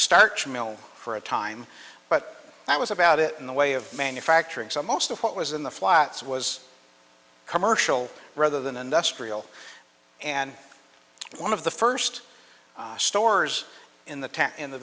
starch mill for a time but that was about it in the way of manufacturing so most of what was in the flats was commercial rather than industrial and one of the first stores in the town in the